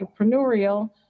entrepreneurial